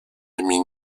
amie